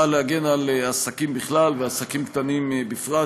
היא באה להגן על עסקים בכלל ועסקים קטנים בפרט,